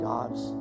God's